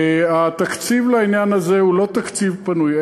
התקציב לעניין הזה הוא לא תקציב פנוי.